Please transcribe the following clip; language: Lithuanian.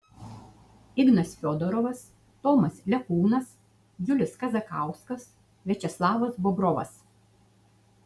ignas fiodorovas tomas lekūnas julius kazakauskas viačeslavas bobrovas